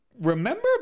Remember